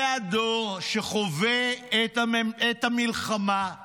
זה הדור שחווה את המלחמה,